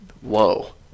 whoa